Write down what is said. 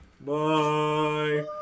Bye